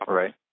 right